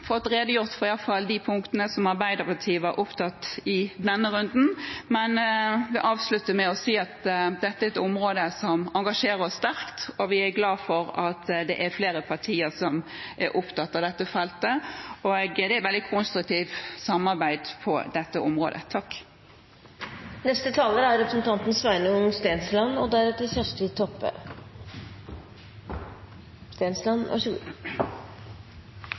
fått redegjort for i hvert fall de punktene som Arbeiderpartiet var opptatt av i denne runden. Men jeg vil avslutte med å si at dette er et område som engasjerer oss sterkt, og vi er glad for at det er flere partier som er opptatt av dette feltet. Det er et veldig konstruktivt samarbeid på dette området. En stor takk